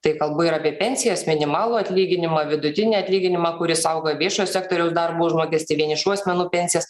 tai kalbu ir apie pensijas minimalų atlyginimą vidutinį atlyginimą kuris auga viešo sektoriaus darbo užmokestį vienišų asmenų pensijas